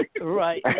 Right